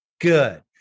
Good